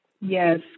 Yes